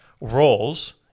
roles